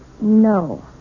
No